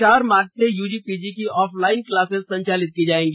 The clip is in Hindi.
चार मार्च से यूजी पीजी की ऑफलाइन क्लास संचालित की जाएगी